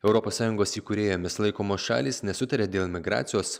europos sąjungos įkūrėjomis laikomos šalys nesutaria dėl migracijos